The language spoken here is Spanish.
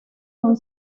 son